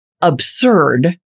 absurd